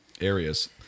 areas